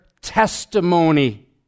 testimony